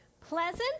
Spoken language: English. Pleasant